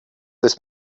this